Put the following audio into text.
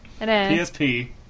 PSP